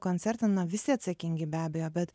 koncertą na visi atsakingi be abejo bet